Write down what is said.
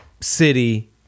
city